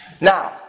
Now